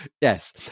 yes